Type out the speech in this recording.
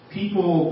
people